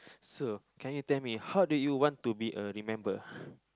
so can you tell me how do you want to be uh remember